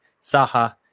Saha